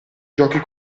giochi